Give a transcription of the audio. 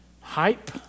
hype